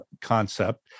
concept